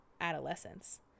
adolescence